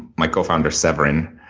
my cofounder severin,